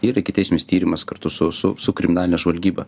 ir ikiteisminis tyrimas kartu su su su kriminaline žvalgyba